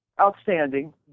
outstanding